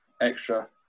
extra